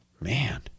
Man